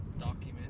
document